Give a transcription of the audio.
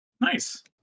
Nice